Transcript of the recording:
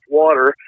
water